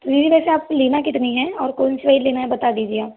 दीदी वैसे आपको लेना कितनी है और कौन सी वाली लेना है बता दीजिए आप